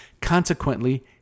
Consequently